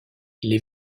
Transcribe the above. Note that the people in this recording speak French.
les